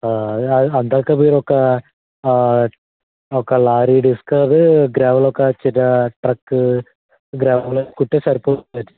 అందాక మీరొక ఒక లారీ ఇసుకను ఒక చిన్న ట్రక్ వేసు కుంటే సరిపోతుందండి